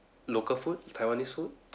local food taiwanese food